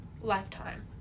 lifetime